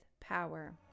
power